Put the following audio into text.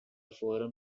forum